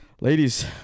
Ladies